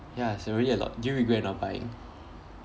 ya it's really a lot do you regret not buying